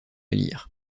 lire